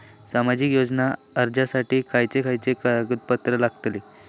सामाजिक योजना अर्जासाठी खयचे खयचे कागदपत्रा लागतली?